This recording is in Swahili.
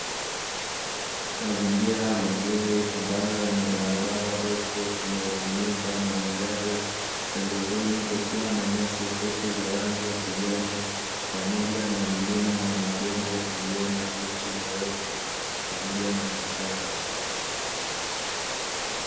Mazingira mazuri ambayo yana barabara refu inayotumika na magari, pembezoni kukiwa na nyasi fupi za rangi ya kijani pamoja na milima na mabonde iliyo na miti mirefu, pamoja na vichaka.